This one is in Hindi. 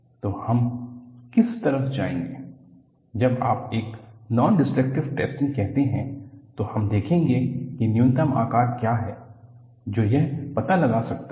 तो हम किस तरफ जाएंगे जब आप एक नॉन डिस्ट्रक्टिव टैस्टिंग कहते हैं तो हम देखेंगे कि न्यूनतम आकार क्या है जो यह पता लगा सकता है